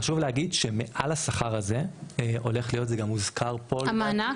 חשוב להגיד שמעל השכר הזה הולך להיות וזה גם הוזכר פה.